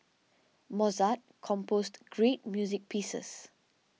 Mozart composed great music pieces